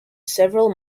several